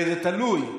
זה תלוי.